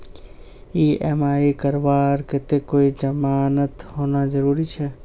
EMI करवार केते कोई जमानत होना जरूरी छे?